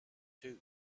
too